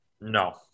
No